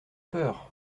peur